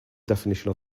definition